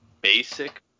basic